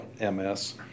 MS